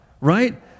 right